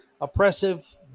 oppressive